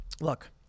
look